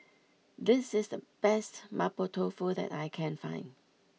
this is the best Mapo Tofu that I can find